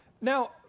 Now